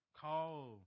Call